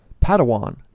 Padawan